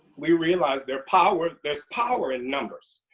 we realized there's power there's power in numbers.